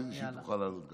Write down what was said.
כדי שגם היא תוכל לעלות,